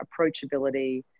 approachability